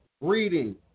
reading